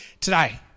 today